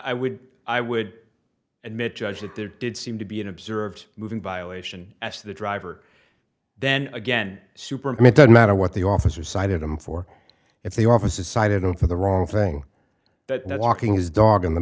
i would i would admit judge that there did seem to be an observed moving violation of the driver then again superman it doesn't matter what the officer cited him for if the office decided on for the wrong thing that walking his dog in the